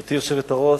גברתי היושבת-ראש,